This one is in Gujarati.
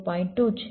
2 છે